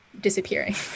disappearing